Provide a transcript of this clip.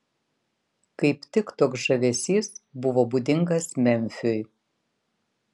kaip tik toks žavesys buvo būdingas memfiui